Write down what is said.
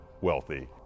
wealthy